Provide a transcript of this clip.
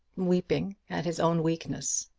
weeping at his own weakness.